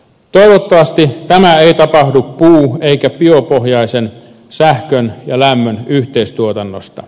toivottavasti tämä ei tapahdu puu eikä biopohjaisen sähkön ja lämmön yhteistuotannosta